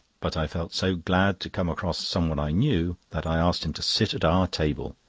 but i felt so glad to come across someone i knew, that i asked him to sit at our table,